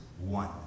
one